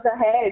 ahead